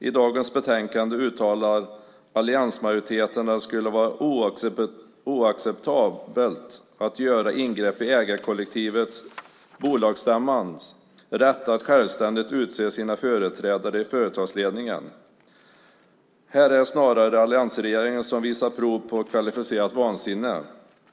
I dagens betänkande uttalar alliansmajoriteten att det skulle vara oacceptabelt att göra ingrepp i ägarkollektivets, bolagsstämmans, rätt att självständigt utse sina företrädare i företagsledningen. Här är det snarare alliansregeringen som visar prov på kvalificerat vansinne.